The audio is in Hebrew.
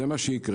זה מה שיקרה.